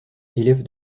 élève